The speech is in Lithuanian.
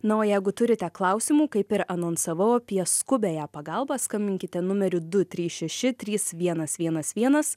na o jeigu turite klausimų kaip ir anonsavau apie skubiąją pagalbą skambinkite numeriu du trys šeši trys vienas vienas vienas